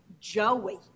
Joey